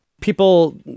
People